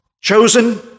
chosen